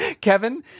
Kevin